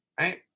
right